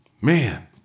Man